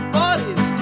bodies